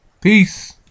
Peace